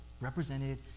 represented